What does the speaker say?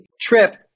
trip